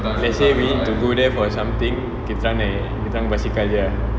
let's say we need to go there for something kita orang naik kita orang naik basikal jer ah